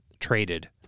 Traded